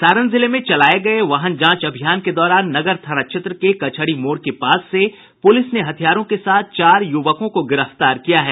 सारण जिले में चलाये गये वाहन जांच अभियान के दौरान नगर थाना क्षेत्र के कचहरी मोड़ के पास से पुलिस ने हथियारों के साथ चार युवकों को गिरफ्तार किया है